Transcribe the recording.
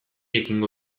ekingo